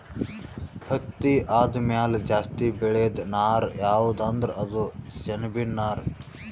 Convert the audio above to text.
ಹತ್ತಿ ಆದಮ್ಯಾಲ ಜಾಸ್ತಿ ಬೆಳೇದು ನಾರ್ ಯಾವ್ದ್ ಅಂದ್ರ ಅದು ಸೆಣಬಿನ್ ನಾರ್